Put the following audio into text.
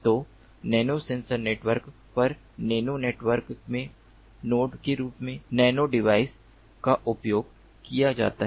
तो nano sensor network पर nano network में नोड के रूप में नैनो डिवाइस का उपयोग किया जाता है